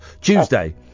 Tuesday